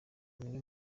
umwe